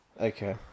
okay